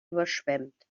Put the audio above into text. überschwemmt